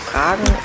Fragen